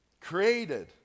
Created